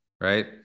Right